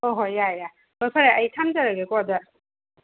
ꯍꯣꯏ ꯍꯣꯏ ꯌꯥꯔꯦ ꯌꯥꯔꯦ ꯐꯔꯦ ꯑꯩ ꯊꯝꯖꯔꯒꯦꯀꯣ ꯑꯗꯨꯗꯤ